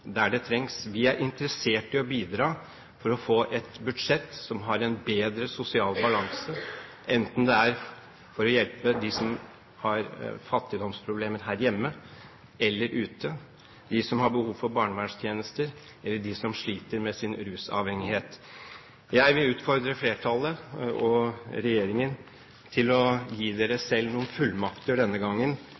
der det trengs. Vi er interessert i å bidra til å få et budsjett som har en bedre sosial balanse, enten det er for å hjelpe dem som har fattigdomsproblemer her hjemme, eller ute, dem som har behov for barnevernstjenester, eller dem som sliter med sin rusavhengighet. Jeg vil utfordre flertallet og regjeringen til å gi dere selv noen fullmakter denne gangen,